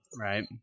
Right